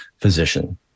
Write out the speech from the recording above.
physician